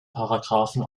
paragraphen